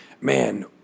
man